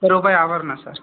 ఒక్క రూపాయి ఆఫర్ ఉన్నది సార్